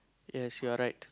yes you're right